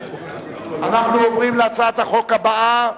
אנחנו עוברים להצעת החוק הבאה: